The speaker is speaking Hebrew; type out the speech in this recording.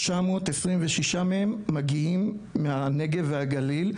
926 מהם מגיעים מהנגב והגליל,